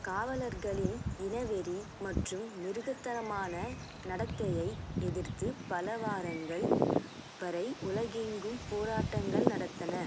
காவலர்களின் இனவெறி மற்றும் மிருகத்தனமான நடத்தையை எதிர்த்து பல வாரங்கள் வரை உலகெங்கும் போராட்டங்கள் நடந்தன